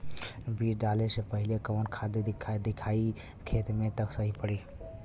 बीज डाले से पहिले कवन खाद्य दियायी खेत में त सही पड़ी?